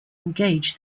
engage